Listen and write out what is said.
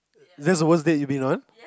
is that the worst date you been on